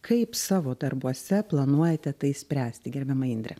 kaip savo darbuose planuojate tai spręsti gerbiama indre